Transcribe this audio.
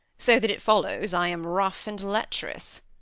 so that it follows i am rough and lecherous.